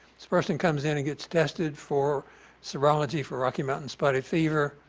person comes in and gets tested for serology for rocky mountain spotted fever.